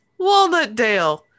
Walnutdale